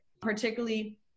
Particularly